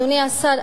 אדוני השר,